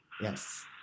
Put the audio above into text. Yes